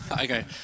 Okay